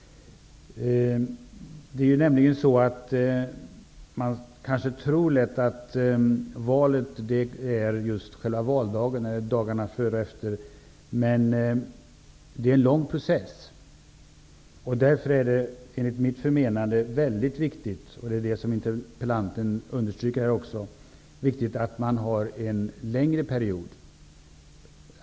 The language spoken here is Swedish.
Det är lätt att tro att valet bara är själva valdagen eller dagarna före och efter, men det är en lång process. Därför är det enligt mitt förmenande mycket viktigt, och det understryker också interpellanten, att man har övervakning under en längre period.